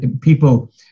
people